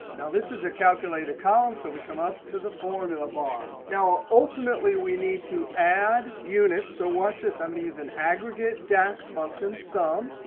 now, this is a calculated column, so we come up to the formula bar. now ultimately, we need to add unit. so watch this. i'm going to use an aggregate dax function sum.